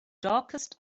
darkest